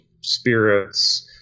spirits